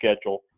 schedule